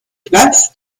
platz